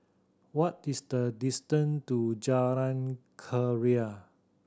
what is the distant to Jalan Keria